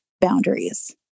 boundaries